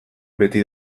beti